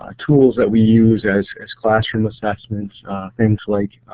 ah tools that we use as as classroom assessments things like